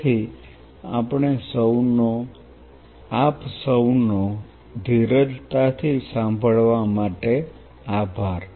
તેથી આપ સૌનો ધીરજતાથી સાંભળવા માટે આભાર